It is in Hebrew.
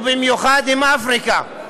ובמיוחד עם אפריקה.